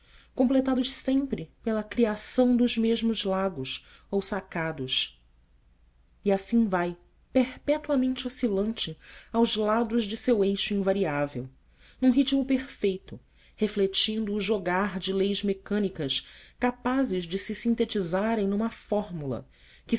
completados sempre pela criação dos mesmos lagos ou sacados e assim vai perpetuamente oscilante aos lados de seu eixo invariável num ritmo perfeito refletindo o jogar de leis mecânicas capazes de se sintetizarem numa fórmula que